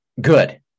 good